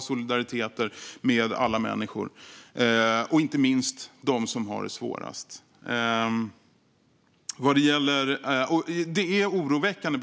solidaritet med alla människor, inte minst dem som har det svårast, ligger väldigt djupt rotad i våra ideologiska rötter.